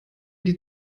die